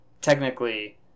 technically